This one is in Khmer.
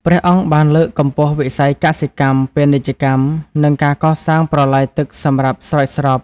ព្រះអង្គបានលើកកម្ពស់វិស័យកសិកម្ម ពាណិជ្ជកម្ម និងការកសាងប្រឡាយទឹកសម្រាប់ស្រោចស្រព។